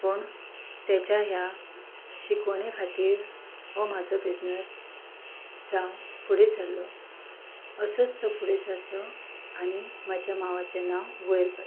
पूण ताच्या ह्या शिकवणे खातीर हो म्हजो बिझनस जावं फुडें सरलो असोच तो फुडें सरचो आनी म्हज्या मावांचें नांव वयर काडचें